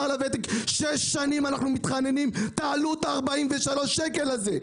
שש שנים אנחנו מתחננים שתעלו את ה-43 שקל הזה.